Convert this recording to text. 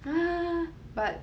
but